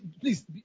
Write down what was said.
please